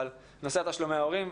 נושא תשלומי הורים,